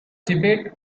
debate